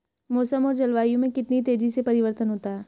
मौसम और जलवायु में कितनी तेजी से परिवर्तन होता है?